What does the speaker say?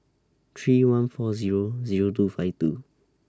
three one four Zero Zero two five two